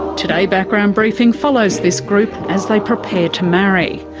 today background briefing follows this group as they prepare to marry.